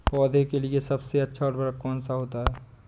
पौधे के लिए सबसे अच्छा उर्वरक कौन सा होता है?